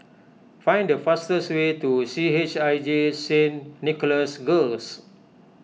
find the fastest way to C H I J Saint Nicholas Girls